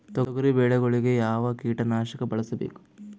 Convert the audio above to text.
ತೊಗರಿಬೇಳೆ ಗೊಳಿಗ ಯಾವದ ಕೀಟನಾಶಕ ಬಳಸಬೇಕು?